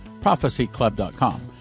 prophecyclub.com